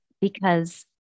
Because-